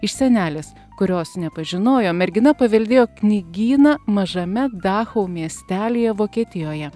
iš senelės kurios nepažinojo mergina paveldėjo knygyną mažame dachau miestelyje vokietijoje